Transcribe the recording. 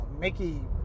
Mickey